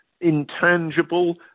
intangible